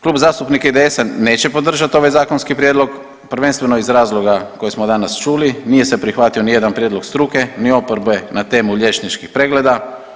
Klub zastupnika IDS-a neće podržati ovaj zakonski prijedlog prvenstveno iz razloga koje smo danas čuli, nije se prihvatio nijedan prijedlog struke ni oporbe na temu liječničkih pregleda.